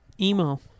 emo